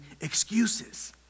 excuses